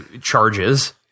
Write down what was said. charges